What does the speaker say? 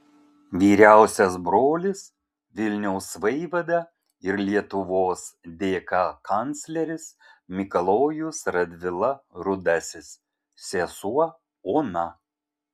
vyriausias brolis vilniaus vaivada ir lietuvos dk kancleris mikalojus radvila rudasis sesuo ona